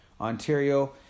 Ontario